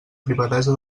privadesa